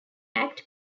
act